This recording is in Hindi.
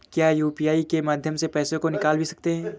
क्या यू.पी.आई के माध्यम से पैसे को निकाल भी सकते हैं?